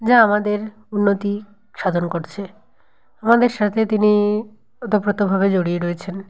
যা আমাদের উন্নতি সাধন করছে আমাদের সাথে তিনি ওতপ্রোতভাবে জড়িয়ে রয়েছেন